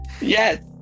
Yes